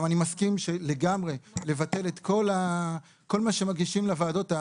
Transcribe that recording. אני גם מסכים לבטל לגמרי את כל מה שמגישים לוועדות,